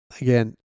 Again